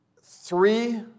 three